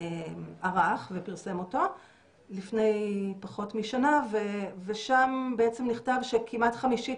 ערך ופרסם אותו לפני פחות משנה ושם נכתב שכמעט חמישית